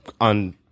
on